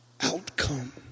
outcome